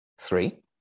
Three